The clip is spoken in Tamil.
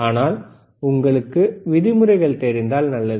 ஆனால் உங்களுக்கு விதிமுறைகள் தெரிந்தால் நல்லது